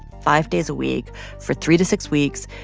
five days a week for three to six weeks,